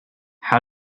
how